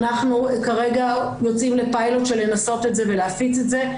אנחנו כרגע יוצאים לפיילוט של לנסות את זה ולהפיץ את זה,